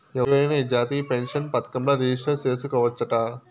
ఎవరైనా ఈ జాతీయ పెన్సన్ పదకంల రిజిస్టర్ చేసుకోవచ్చట